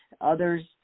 Others